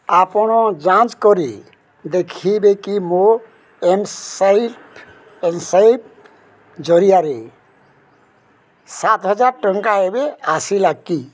ଆପଣ ଯାଞ୍ଚ କରି ଦେଖିବେ କି ମୋ ଏମ୍ ସ୍ୱାଇପ୍ ଏମ୍ ସ୍ୱାଇପ୍ ଜରିଆରେ ସାତ ହଜାର ଟଙ୍କା ଏବେ ଆସିଲା କି